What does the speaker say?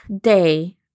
day